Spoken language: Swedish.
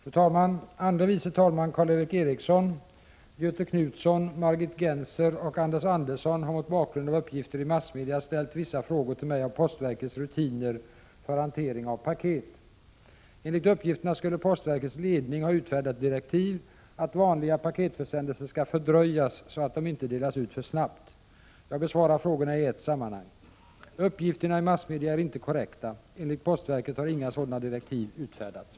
Fru talman! Andre vice talman Karl Erik Eriksson, Göthe Knutson, Margit Gennser och Anders Andersson har mot bakgrund av uppgifter i massmedia ställt vissa frågor till mig om postverkets rutiner för hantering av paket. Enligt uppgifterna skulle postverkets ledning ha utfärdat direktiv att vanliga paketförsändelser skall fördröjas, så att de inte delas ut för snabbt. Jag besvarar frågorna i ett sammanhang. Uppgifterna i massmedia är inte korrekta. Enligt postverket har inga sådana direktiv utfärdats.